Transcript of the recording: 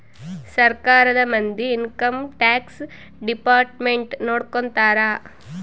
ಸರ್ಕಾರದ ಮಂದಿ income tax department ನೊಡ್ಕೋತರ